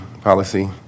policy